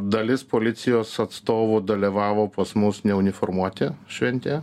dalis policijos atstovų dalyvavo pas mus neuniformuoti šventėje